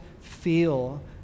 feel